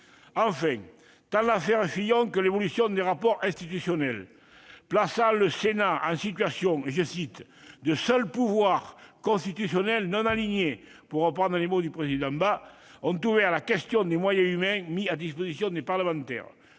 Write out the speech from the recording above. Enfin, tant l'affaire Fillon que l'évolution des rapports institutionnels, plaçant le Sénat en situation de « seul pouvoir constitutionnel non aligné », pour reprendre les mots du président Bas, ont ouvert la question des moyens humains mis à la disposition des parlementaires.